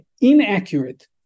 inaccurate